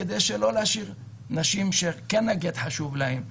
כדי שלא להשאיר נשים שהגט חשוב להן.